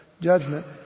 judgment